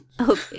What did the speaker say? Okay